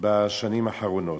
בשנים האחרונות.